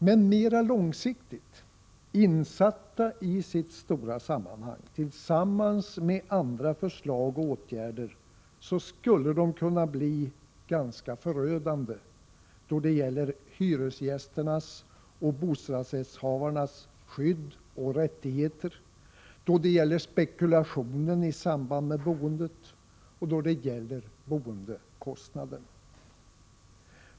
Men mera långsiktigt, insatta i sitt stora sammanhang och tillsammans med andra förslag och åtgärder, skulle de kunna bli ganska förödande då det gäller hyresgästernas och bostadsrättshavarnas skydd och rättigheter, då det gäller spekulationen i samband med boendet, då det gäller boendekostnaderna.